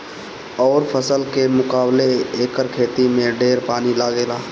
अउरी फसल के मुकाबले एकर खेती में ढेर पानी लागेला